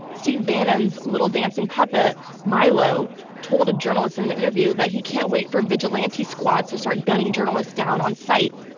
steve bannon's little dancing puppet milo told a journalist in an interview that he can't wait for vigilante squads to start gunning journalists down on site.